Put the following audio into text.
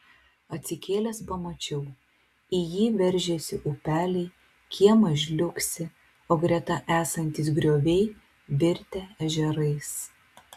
atsikėlęs pamačiau į jį veržiasi upeliai kiemas žliugsi o greta esantys grioviai virtę ežerais